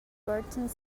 burton